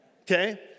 Okay